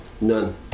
None